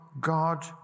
God